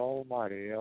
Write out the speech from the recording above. Almighty